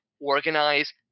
Organize